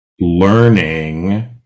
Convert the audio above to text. learning